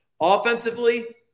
Offensively